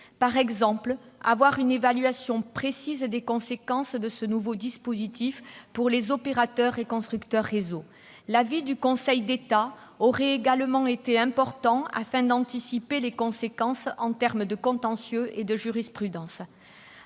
nécessaire d'avoir une évaluation précise des conséquences de ce nouveau dispositif pour les opérateurs et constructeurs réseau. L'avis du Conseil d'État aurait également été important, afin d'anticiper les conséquences en termes de contentieux et de jurisprudence.